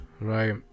right